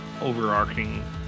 overarching